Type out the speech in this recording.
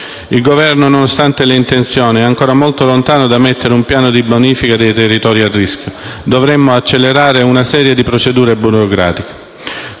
Il Governo, nonostante le buone intenzioni, è ancora molto lontano dal mettere in atto un piano di bonifica dei territori a rischio. Dovremmo accelerare una serie di procedure burocratiche.